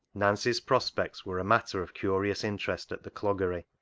nancy's prospects were a matter of curious interest at the cloggery.